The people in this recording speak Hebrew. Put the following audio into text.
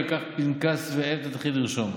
וקח פנקס ועט ותתחיל לרשום: